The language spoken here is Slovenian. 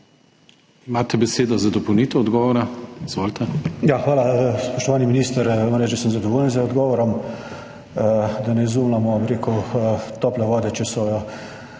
Imate besedo za dopolnitev odgovora, izvolite.